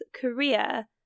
Korea